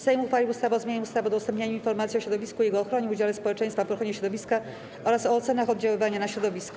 Sejm uchwalił ustawę o zmianie ustawy o udostępnianiu informacji o środowisku i jego ochronie, udziale społeczeństwa w ochronie środowiska oraz o ocenach oddziaływania na środowisko.